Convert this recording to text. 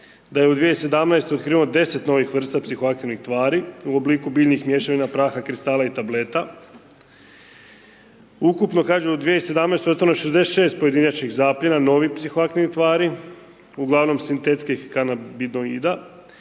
da je u 2017. otkriveno 10 novih vrsta psihoaktivnih tvari u obliku biljnih mješavina, praha, kristala i tableta, ukupno kažem u 2017. ostalo je 66 pojedinačnih zapljena novih psihoaktivnih tvari, uglavnom sintetskih kanobidoida